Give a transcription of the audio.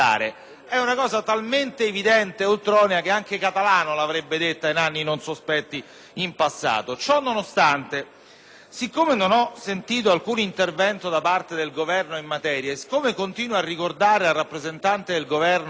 non avendo sentito alcun intervento da parte del Governo in materia e siccome continuo a ricordare al rappresentante del Governo, che pure e` impegnato in assidue discussioni, che il suo ed il nostro Presidente del Consiglio